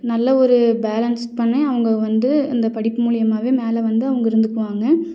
நல்லா ஒரு பேலன்ஸ் பண்ணி அவங்க வந்து அந்த படிப்பு மூலயமாவே மேலே வந்து அவங்க இருந்துக்குவாங்கள்